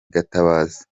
gatabazi